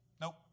Nope